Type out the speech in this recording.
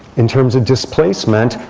in terms of displacement,